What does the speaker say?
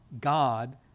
God